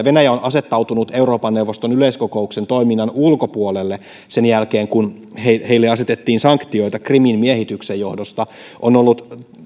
venäjä on asettautunut euroopan neuvoston yleiskokouksen toiminnan ulkopuolelle sen jälkeen kun heille asetettiin sanktioita krimin miehityksen johdosta on ollut